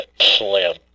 Slim